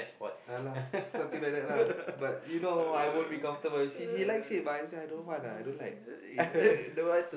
ya lah something like that lah but you know I won't be comfortable she she likes it but I just I don't want lah I don't like